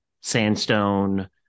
sandstone